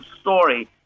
story